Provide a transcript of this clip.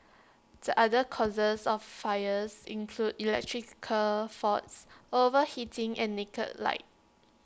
the other causes of fires include electrical faults overheating and naked light